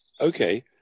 Okay